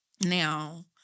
Now